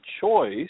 choice